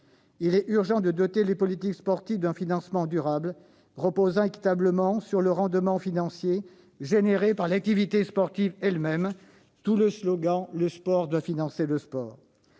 Il est urgent de doter les politiques sportives d'un financement durable reposant équitablement sur le rendement financier produit par l'activité sportive elle-même, d'où le slogan :« Le sport doit financer le sport !